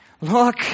look